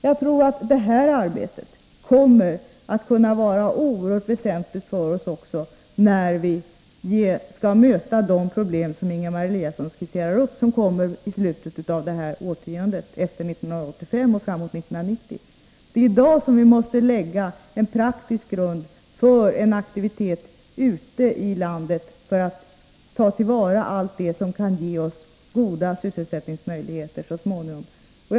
Jag tror att detta arbete kommer att vara oerhört väsentligt för oss också när vi skall möta de problem som Ingemar Eliasson skisserar upp och som kommer i slutet av detta årtionde, efter 1985 och framemot 1990. Det är i dag som vi måste lägga en praktisk grund för en aktivitet ute i landet för att ta till vara allt det som kan ge oss goda sysselsättningsmöjligheter så småningom.